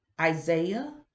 Isaiah